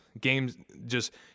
Games—just